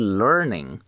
learning